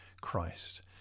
Christ